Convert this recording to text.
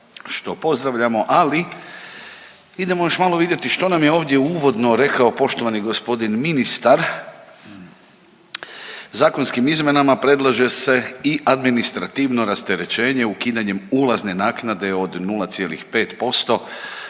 što pozdravljamo, ali idemo još malo vidjeti što nam je ovdje uvodno rekao poštovani gospodin ministar. Zakonskim izmjena predlaže se i administrativno rasterećenje ukidanjem ulazne naknade od 0,5%